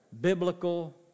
biblical